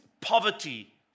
poverty